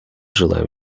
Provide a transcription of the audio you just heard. желаем